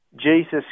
Jesus